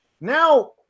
now